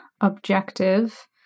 objective